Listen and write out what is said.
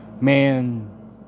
man